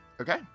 Okay